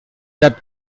that